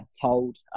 told